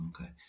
Okay